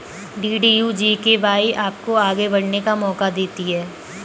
DDU GKY आपको आगे बढ़ने का मौका देती है